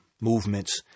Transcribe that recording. movements